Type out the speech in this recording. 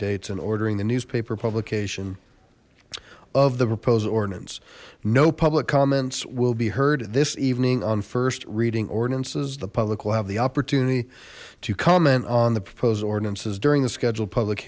dates and ordering the newspaper publication of the proposed ordinance no public comments will be heard this evening on first reading ordinances the public will have the opportunity to comment on the proposed ordinances during the scheduled public